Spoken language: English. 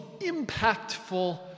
impactful